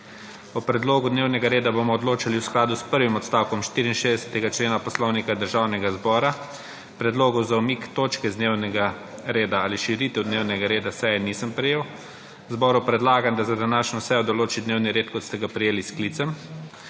O predlogu dnevnega reda bomo odločali v skladu s prvim odstavkom 64. člena Poslovnika Državnega zbora. Predlogov za umik točke z dnevnega reda ali širitev dnevnega reda seje nisem prejel. Zboru predlagam, da za današnjo sejo določi dnevni red, kot ste ga prejeli s sklicem